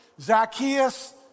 Zacchaeus